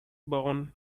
born